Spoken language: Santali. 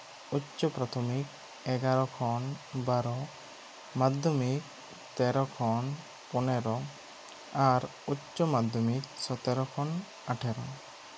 ᱩᱪᱪᱚ ᱯᱨᱟᱛᱷᱚᱢᱤᱠ ᱮᱜᱟᱨᱚ ᱠᱷᱚᱱ ᱵᱟᱨᱚ ᱢᱟᱫᱽᱫᱷᱚᱢᱤᱠ ᱛᱮᱨᱚ ᱠᱷᱚᱱ ᱯᱚᱱᱮᱨᱚ ᱟᱨ ᱩᱪᱪᱚ ᱢᱟᱫᱽᱫᱷᱚᱢᱤᱠ ᱥᱚᱛᱮᱨᱚ ᱠᱷᱚᱱ ᱟᱴᱷᱮᱨᱚ